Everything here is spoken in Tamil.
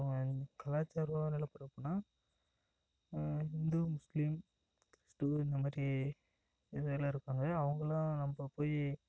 அப்புறோம் கலாச்சாரமான நிலப்பரப்புன்னா இந்து முஸ்லீம் கிறிஸ்து இந்த மாதிரி இதெல்லாம் இருப்பாங்க அவங்கள்லாம் நம்ப போய்